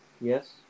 Yes